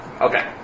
Okay